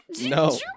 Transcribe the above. No